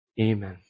Amen